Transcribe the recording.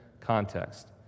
context